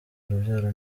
urubyaro